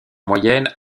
moyenne